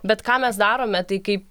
bet ką mes darome tai kaip